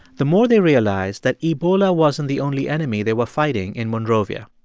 the more they realized that ebola wasn't the only enemy they were fighting in monrovia.